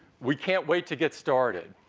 we can't wait to get started.